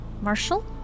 Marshall